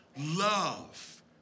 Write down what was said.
Love